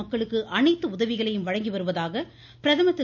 மக்களுக்கு அனைத்து உதவிகளையும் வழங்கி வருவதாக பிரதமர் திரு